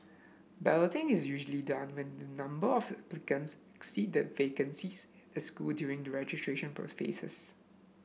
balloting is usually done when the number of applications exceed the vacancies at school during the registration phases